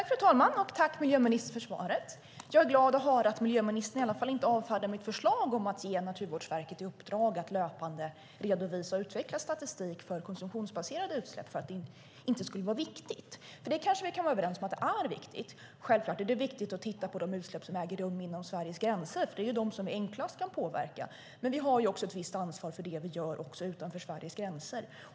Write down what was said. Fru talman! Tack, miljöministern, för svaret! Jag är glad att höra att miljöministern i alla fall inte avfärdar mitt förslag om att ge Naturvårdsverket i uppdrag att löpande redovisa och utveckla statistik för konsumtionsbaserade utsläpp för att det inte skulle vara viktigt - vi kanske kan vara överens om att det är viktigt. Självklart är det viktigt att titta på de utsläpp som äger rum inom Sveriges gränser. Det är ju dem som vi enklast kan påverka. Men vi har också ett visst ansvar för det vi gör utanför Sveriges gränser.